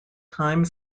time